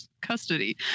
custody